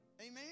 Amen